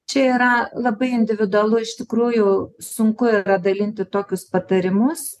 čia yra labai individualu iš tikrųjų sunku yra dalinti tokius patarimus